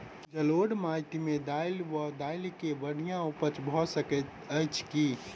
जलोढ़ माटि मे दालि वा दालि केँ बढ़िया उपज भऽ सकैत अछि की?